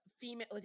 female –